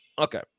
Okay